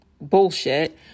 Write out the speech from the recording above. bullshit